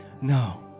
No